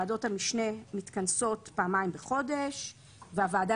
ועדות המשנה מתכנסות פעמיים בחודש והוועדה